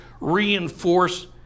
reinforce